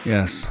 Yes